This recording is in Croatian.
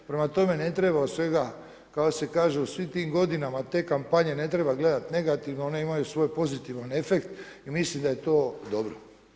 Prema tome, ne treba od svega kako se kaže u svim tim godinama te kampanje ne treba gledat negativno one imaju svoj pozitivan efekt i mislim da je to dobro.